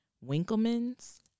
Winkleman's